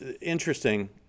interesting